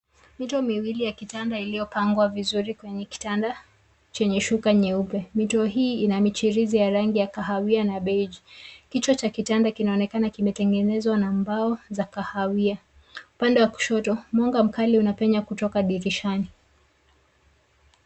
Mito miwili ya kitanda iliyopangwa vizuri kwenye kitanda chini ya Shuka nyeupe. Mito hii ina michirizi ya Rangi ya kahawia